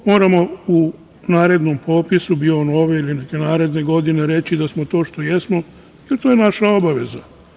Moramo u narednom popisu, bio ove ili neke naredne godine, reći da smo to što jesmo jer to je naša obaveza.